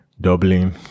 Dublin